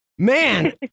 Man